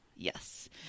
Yes